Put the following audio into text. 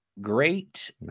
Great